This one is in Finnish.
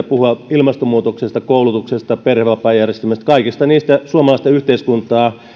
puhua ilmastonmuutoksesta koulutuksesta perhevapaajärjestelmästä kaikista niistä suomalaista yhteiskuntaa